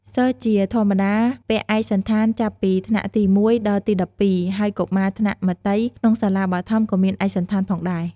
សិស្សជាធម្មតាពាក់ឯកសណ្ឋានចាប់ពីថ្នាក់ទី ១ ដល់ទី ១២ ហើយកុមារថ្នាក់មត្តេយ្យក្នុងសាលាបឋមក៏មានឯកសណ្ឋានផងដែរ។